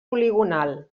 poligonal